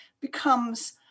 becomes